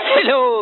Hello